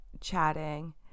chatting